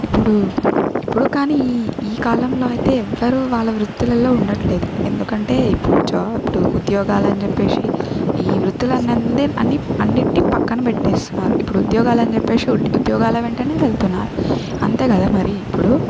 ఇప్పుడు ఇప్పుడు కానీ ఈ ఈ కాలంలో అయితే ఎవ్వరూ వాళ్ళ వృత్తులల్లో ఉండట్లేదు ఎందుకంటే ఇప్పుడు జా ఇప్పుడు ఉద్యోగాలని చెప్పేసి ఈ వృత్తులను నందేన్ అన్నీ అన్నిట్నీ పక్కన పెట్టేస్తున్నారు ఇప్పుడు ఉద్యోగాలను చెప్పేసి ఉద్యోగాల వెంటనే వెళ్తున్నారు అంతే కదా మరి ఇప్పుడు